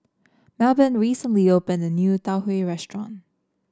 Melbourne recently opened a new Tau Huay restaurant